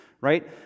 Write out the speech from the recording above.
right